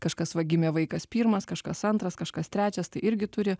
kažkas va gimė vaikas pirmas kažkas antras kažkas trečias tai irgi turi